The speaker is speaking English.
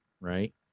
right